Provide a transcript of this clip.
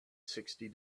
sixty